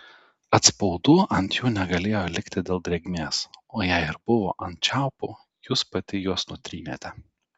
atspaudų ant jų negalėjo likti dėl drėgmės o jei ir buvo ant čiaupų jūs pati juos nutrynėte